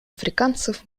африканцев